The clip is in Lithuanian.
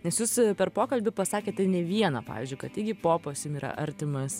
nes jūs per pokalbį pasakėte ne vieną pavyzdžiui kad igipopas jum yra artimas